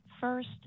First